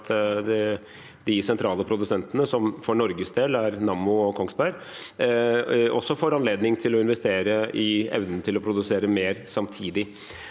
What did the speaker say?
at de sentrale produsentene – som for Norges del er Nammo og Kongsberg – får anledning til å investere i evnen til å produsere mer samtidig.